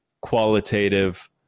qualitative